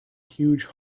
huge